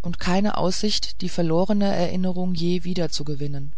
und keine aussicht die verlorene erinnerung je wiederzugewinnen